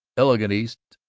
elegant eats,